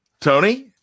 Tony